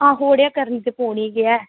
आहो अड़ेआ करनी ते पौनी गै